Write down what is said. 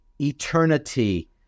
eternity